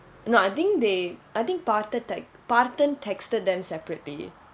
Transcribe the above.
no I think they I think parthen text parthen texted them separately